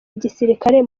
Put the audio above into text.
gisirikare